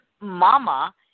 Mama